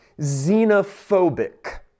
xenophobic